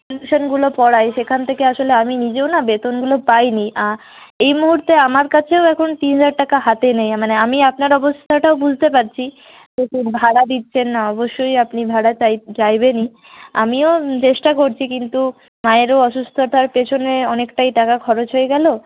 টিউশনগুলো পড়াই সেখান থেকে আসলে আমি নিজেও না বেতনগুলো পাইনি এই মুহূর্তে আমার কাছেও এখন তিন হাজার টাকা হাতে নেই মানে আমি আপনার অবস্থাটাও বুঝতে পারছি ভাড়া দিচ্ছে না অবশ্যই আপনি ভাড়া চাই চাইবেনই আমিও চেষ্টা করছি কিন্তু মায়েরও অসুস্থতার পেছনে অনেকটাই টাকা খরচ হয়ে গেল